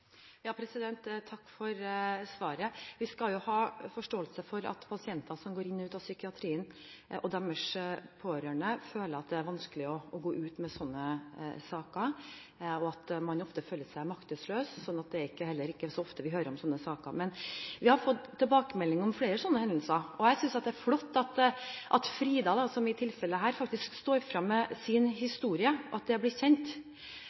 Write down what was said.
for svaret. Vi skal ha forståelse for at pasienter som går inn og ut av psykiatrien, og deres pårørende, føler at det er vanskelig å gå ut med sånne saker, og at man ofte føler seg maktesløs. Derfor er det heller ikke så ofte vi hører om slike saker. Men vi har fått tilbakemelding om flere slike hendelser, og jeg synes det er flott at Frida – som i dette tilfellet – faktisk står frem med sin historie, og at det blir kjent,